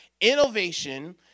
innovation